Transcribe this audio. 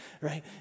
Right